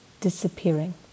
disappearing